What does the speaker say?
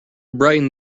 brightened